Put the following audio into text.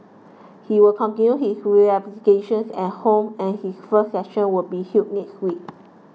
he will continue his rehabilitation at home and his first session will be held next week